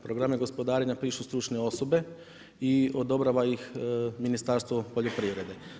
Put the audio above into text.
Programe gospodarenja pišu stručne osobe i odobrava ih Ministarstvo poljoprivrede.